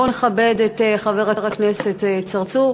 בואו נכבד את חבר הכנסת צרצור,